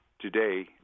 today